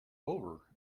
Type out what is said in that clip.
over